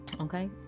okay